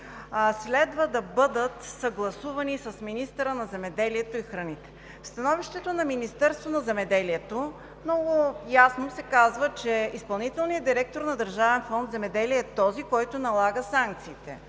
следва да бъдат съгласувани с министъра на земеделието и храните. В Становището на Министерството на земеделието, храните и горите много ясно се казва, че изпълнителният директор на Държавен фонд „Земеделие“ е този, който налага санкциите